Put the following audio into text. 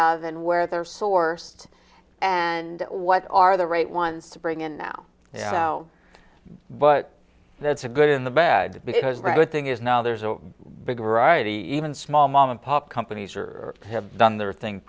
of and where they're sourced and what are the right ones to bring in now ya know but that's a good in the bad because good thing is now there's a bigger variety even small mom and pop companies or have done their thing